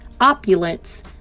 opulence